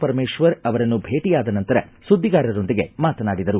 ಪರಮೇಶ್ವರ ಅವರನ್ನು ಭೇಟಿಯಾದ ನಂತರ ಸುದ್ದಿಗಾರರೊಂದಿಗೆ ಮಾತನಾಡಿದರು